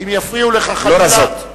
אם יפריעו לך, חלילה לא רזות.